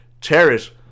cherish